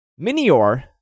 Minior